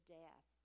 death